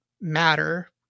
matter